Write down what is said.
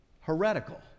Heretical